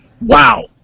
Wow